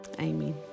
amen